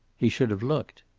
he should have looked.